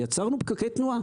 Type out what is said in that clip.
ויצרנו פקקי תנועה.